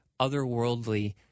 otherworldly